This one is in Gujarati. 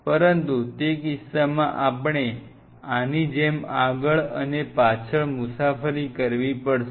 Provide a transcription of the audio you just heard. પરંતુ તે કિસ્સામાં આપણે આની જેમ આગળ અને પાછળ મુસાફરી કરવી પડશે